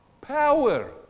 Power